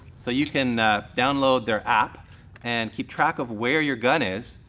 so you can download their app and keep track of where your gun is.